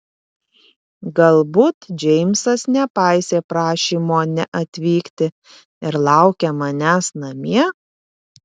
galbūt džeimsas nepaisė prašymo neatvykti ir laukia manęs namie